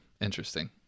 Interesting